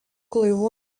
laivų